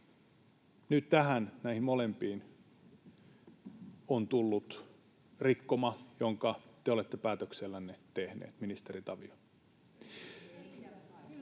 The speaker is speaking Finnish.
Nyt näihin molempiin on tullut rikkouma, jonka te olette päätöksellänne tehnyt, ministeri Tavio.